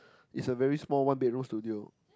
it's a very small one bedroom studio